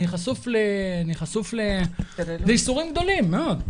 אני חשוף לייסורים גדולים מאוד.